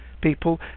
People